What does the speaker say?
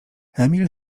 emil